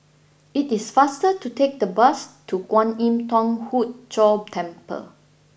it is faster to take the bus to Kwan Im Thong Hood Cho Temple